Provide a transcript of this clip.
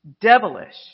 Devilish